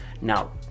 Now